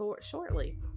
shortly